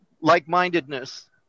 like-mindedness